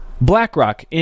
BlackRock